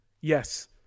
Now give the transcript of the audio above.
Yes